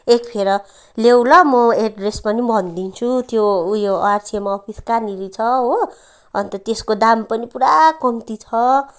एकफेर लेऊ ल म एड्रेस पनि भनिदिन्छु त्यो उयो आरसिएम अफिस कहाँनिर छ हो अन्त त्यसको दाम पनि पुरा कम्ती छ